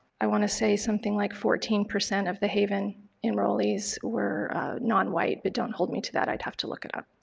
i want to say something like fourteen percent of the haven enrollees were non-white, but don't hold me to that, i'd have to look it up.